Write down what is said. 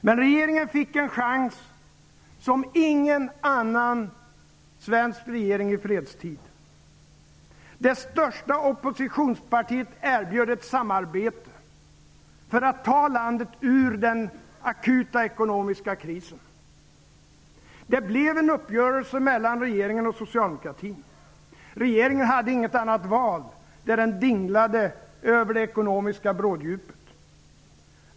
Men regeringen fick en chans som ingen annan svensk regering i fredstid fått. Det största oppositionspartiet erbjöd ett samarbete för att ta landet ur den akuta ekonomiska krisen. Det blev en uppgörelse mellan regeringen och socialdemokratin. Regeringen hade inget annat val, där den dinglade över det ekonomiska bråddjupet.